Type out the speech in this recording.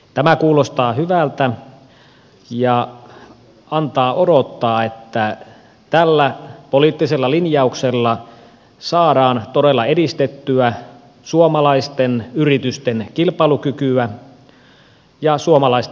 tämä kuulostaa hyvältä ja antaa odottaa että tällä poliittisella linjauksella saadaan todella edistettyä suomalaisten yritysten kilpailukykyä ja suomalaisten hyvinvointia